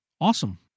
Awesome